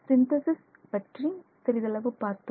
synthesis பற்றி சிறிதளவு பார்த்தோம்